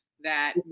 that-